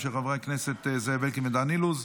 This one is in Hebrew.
של חברי הכנסת זאב אלקין ודן אילוז.